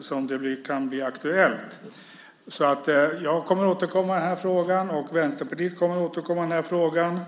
som det kan bli aktuellt. Jag kommer att återkomma i den här frågan, och Vänsterpartiet kommer att återkomma.